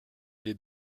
des